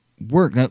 work